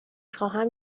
خواهم